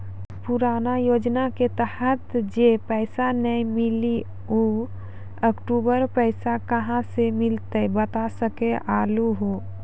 पुराना योजना के तहत जे पैसा नै मिलनी ऊ अक्टूबर पैसा कहां से मिलते बता सके आलू हो?